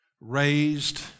raised